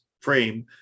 frame